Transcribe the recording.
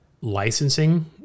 licensing